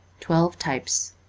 twelve types